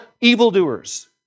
evildoers